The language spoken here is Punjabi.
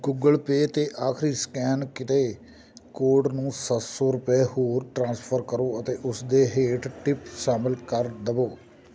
ਗੂਗਲ ਪੇ 'ਤੇ ਆਖਰੀ ਸਕੈਨ ਕੀਤੇ ਕੋਡ ਨੂੰ ਸੱਤ ਸੌ ਰੁਪਏ ਹੋਰ ਟ੍ਰਾਂਸਫਰ ਕਰੋ ਅਤੇ ਉਸ ਦੇ ਹੇਠ ਟਿਪ ਸ਼ਾਮਿਲ ਕਰ ਦੇਵੋ